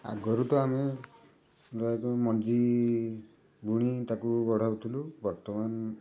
ଆଗରୁ ତ ଆମେ ମଞ୍ଜି ବୁଣି ତାକୁ ଗଡ଼ାଉଥିଲୁ ବର୍ତ୍ତମାନ